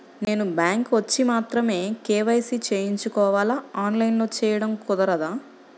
నేను బ్యాంక్ వచ్చి మాత్రమే కే.వై.సి చేయించుకోవాలా? ఆన్లైన్లో చేయటం కుదరదా?